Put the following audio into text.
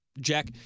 Jack